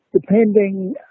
depending